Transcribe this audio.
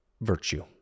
virtue